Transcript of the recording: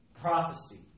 Prophecy